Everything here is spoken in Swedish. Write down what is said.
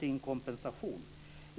sin kompensation?